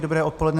Dobré odpoledne.